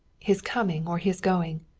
his coming or his going?